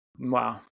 wow